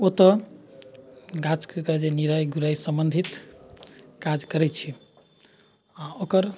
ओतऽ गाछके निराइ गुराइसँ सम्बन्धित काज करै छी आओर ओकर